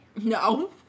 No